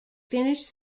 finished